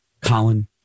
Colin